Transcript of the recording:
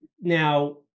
Now